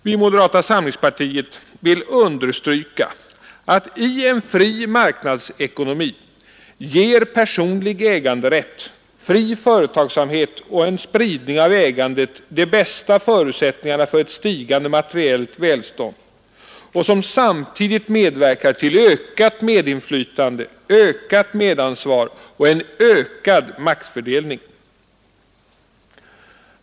Vi i moderata samlingspartiet vill understryka att i en fri marknadsekonomi ger personlig äganderätt, fri företagsamhet och en spridning av ägandet de bästa förutsättningarna för ett stigande materiellt välstånd, som samtidigt medverkar till ökat medinflytande, ökat medansvar och en ökad maktfördelning.